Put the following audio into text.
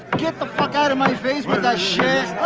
get the fuck out of my face with that shit.